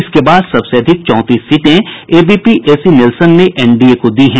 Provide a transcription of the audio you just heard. इसके बाद सबसे अधिक चौंतीस सीटें एबीपी एसी नीलसन ने एनडीए को दी हैं